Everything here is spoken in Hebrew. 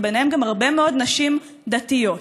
ובהן גם הרבה מאוד נשים דתיות.